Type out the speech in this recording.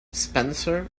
spencer